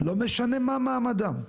לא משנה מה מעמדם,